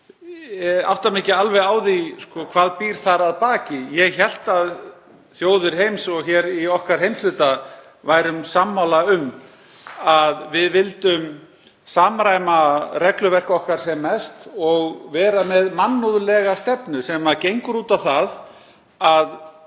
Ég átta mig ekki alveg á því hvað býr þar að baki. Ég hélt að þjóðir heims og hér í okkar heimshluta væru sammála um að við vildum samræma regluverk okkar sem mest og vera með mannúðlega stefnu sem gengur út á það að